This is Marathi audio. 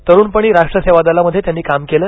तरुणपणी राष्ट्र सेवा दलामध्ये त्यांनी काम केलं